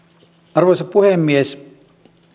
arvoisa puhemies